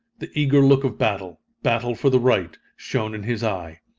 the eager look of battle battle for the right shone in his eye.